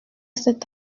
cet